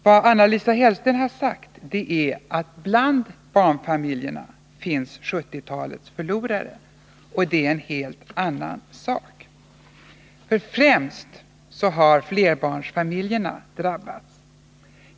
Vad Anna-Lisa Hellsten har sagt är att ”bland barnfamiljerna finns 70-talets förlorare” — och det är en helt annan sak. Främst har nämligen flerbarnsfamiljerna drabbats.